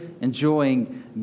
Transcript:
enjoying